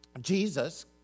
Jesus